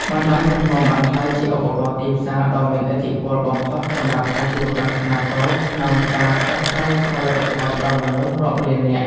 បណ្តាញសង្គមបានក្លាយជាឧបករណ៍ទីផ្សារដ៏មានឥទ្ធិពលបំផុតសម្រាប់អាជីវកម្មខ្នាតតូចក្នុងការផ្សព្វផ្សាយផលិតផលដល់មនុស្សរាប់លាននាក់។